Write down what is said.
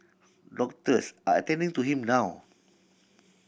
doctors are attending to him now